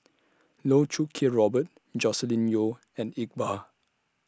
Loh Choo Kiat Robert Joscelin Yeo and Iqbal